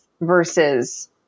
versus